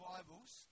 Bibles